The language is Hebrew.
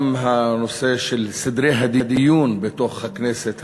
גם בנושא של סדרי הדיון בתוך הכנסת,